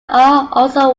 also